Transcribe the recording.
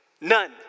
None